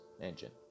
engine